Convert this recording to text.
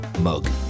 mug